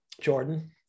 Jordan